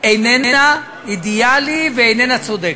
איננה אידיאלית ואיננה צודקת.